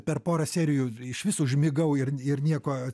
per porą serijų išvis užmigau ir ir nieko